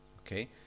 Okay